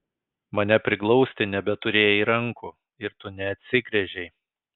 mane priglausti nebeturėjai rankų ir tu neatsigręžei